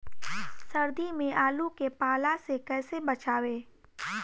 सर्दी में आलू के पाला से कैसे बचावें?